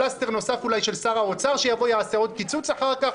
פלסטר נוסף אולי של שר האוצר שיבוא ויעשה עוד קיצוץ אחר כך.